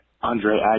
Andre